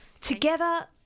Together